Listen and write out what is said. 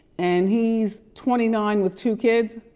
and he's twenty nine with two kids,